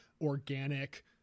organic